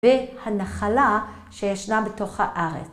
והנחלה שישנה בתוך הארץ.